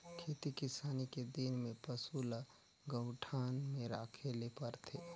खेती किसानी के दिन में पसू ल गऊठान में राखे ले परथे